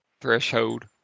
threshold